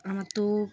আম তো